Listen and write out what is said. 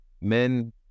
Men